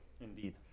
Indeed